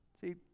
see